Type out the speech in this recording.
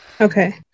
Okay